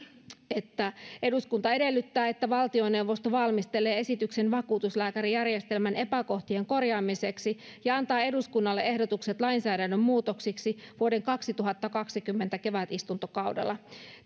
eduskunta edellyttää että valtioneuvosto valmistelee esityksen vakuutuslääkärijärjestelmän epäkohtien korjaamiseksi ja antaa eduskunnalle ehdotukset lainsäädännön muutoksiksi vuoden kaksituhattakaksikymmentä kevätistuntokaudella